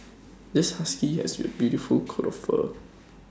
this husky has A beautiful coat of fur